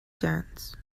dance